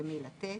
למי לתת.